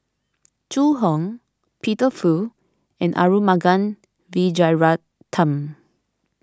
Zhu Hong Peter Fu and Arumugam Vijiaratnam